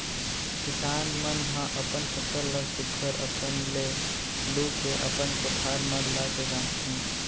किसान मन ह अपन फसल ल सुग्घर अकन ले लू के अपन कोठार म लाके गांजथें